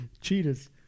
Cheetahs